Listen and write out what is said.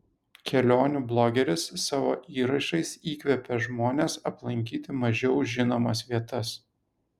kelionių blogeris savo įrašais įkvepia žmones aplankyti mažiau žinomas vietas